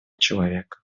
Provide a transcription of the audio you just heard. человека